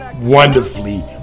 wonderfully